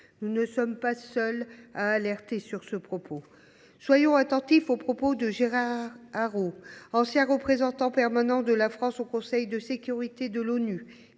Nous ne sommes pas seuls à alerter sur ce propos. Soyons attentifs aux propos de Gérard Araud, ancien représentant permanent de la France au Conseil de sécurité de l’ONU,